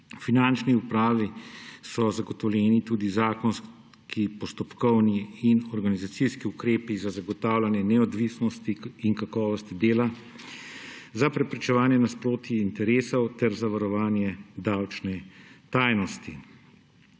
Finančni upravi so zagotovljeni tudi zakonski, postopkovni in organizacijski ukrepi za zagotavljanje neodvisnosti in kakovosti dela za preprečevanje nasprotij interesov ter zavarovanje davčne tajnosti.